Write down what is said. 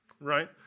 right